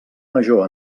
major